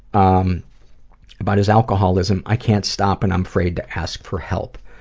um about his alcoholism. i can't stop and i'm afraid to ask for help.